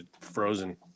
frozen